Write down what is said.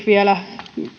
vielä